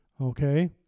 okay